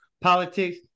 politics